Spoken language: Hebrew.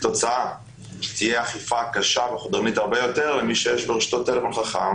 כתוצאה תהיה אכיפה קשה וחודרנית הרבה יותר למי שיש ברשותו טלפון חכם,